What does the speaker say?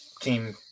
team